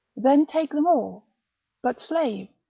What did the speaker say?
then take them all but, slave,